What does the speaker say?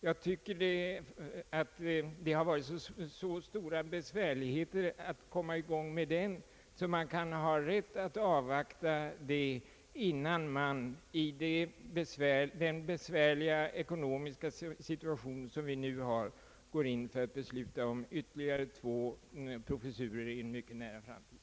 Jag tycker att det har varit så stora besvärligheter att komma i gång i detta avseende att man kan ha rätt att vilja avvakta utgången på denna punkt innan man i den besvärliga ekonomiska situation, som vi nu befinner oss i, beslutar om inrättande av ytterligare två professurer inom en mycket nära framtid.